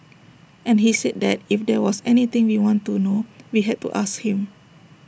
and he said that if there was anything we wanted to know we had to ask him